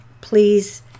Please